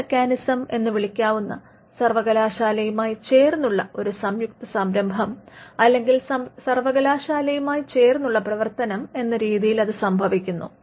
pull mechanism എന്ന് വിളിക്കാവുന്ന സർവകലാശാലയുമായി ചേർന്നുള്ള ഒരു സംയുക്ത സംരഭം അല്ലെങ്കിൽ സർവകലാശാലയുമായി ചേർന്നുള്ള പ്രവർത്തനം എന്ന രീതിയിൽ അത് സംഭവിക്കുന്നു